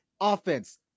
offense